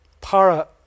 Para